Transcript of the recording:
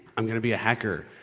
i'm gonna be a hacker!